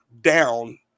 down